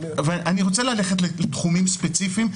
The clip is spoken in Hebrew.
אני רוצה ללכת לתחומים ספציפיים,